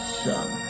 sun